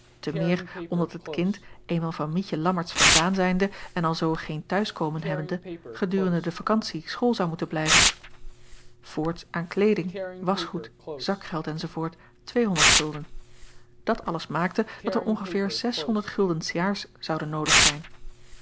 te meer omdat het kind eenmaal van mietje lammertsz vandaan zijnde en alzoo geen t'huiskomen hebbende gedurende de vakantie school zou moeten blijven voorts aan kleeding waschgoed zakgeld enz dat alles maakte dat er ongeveer s jaars zouden noodig zijn